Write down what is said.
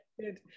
Good